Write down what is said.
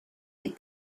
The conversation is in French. est